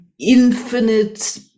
infinite